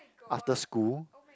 after school